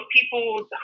people